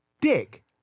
dick